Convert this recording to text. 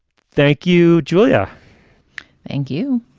thank you, julia thank you,